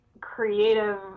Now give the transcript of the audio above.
creative